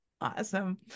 Awesome